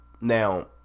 now